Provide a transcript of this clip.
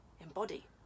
embody